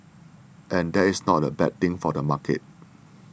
and that is not a bad thing for the market